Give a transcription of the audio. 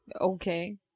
Okay